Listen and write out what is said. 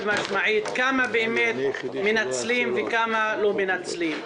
משמעית כמה באמת מנצלים וכמה לא מנצלים?